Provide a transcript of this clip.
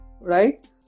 right